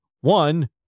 One